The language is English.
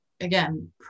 again